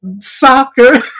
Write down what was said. soccer